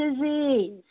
disease